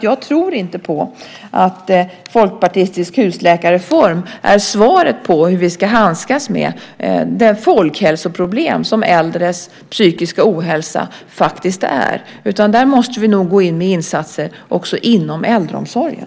Jag tror inte på att en folkpartistisk husläkarreform är svaret på hur vi ska handskas med det folkhälsoproblem som äldres psykiska ohälsa faktiskt är. Där måste vi nog gå in med insatser också inom äldreomsorgen.